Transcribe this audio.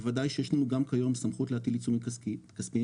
בוודאי שיש לנו כיום סמכות להטיל עיצומים כספיים